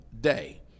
day